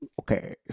Okay